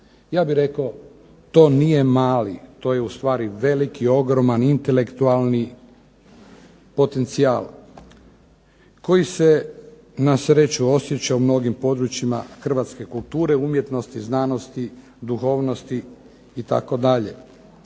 Ja bih rekao to nije mali, to je ustvari veliki, ogroman, intelektualni potencijal koji se na sreću osjeća u mnogim područjima hrvatske kulture, umjetnosti, znanosti, duhovnosti itd.